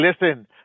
listen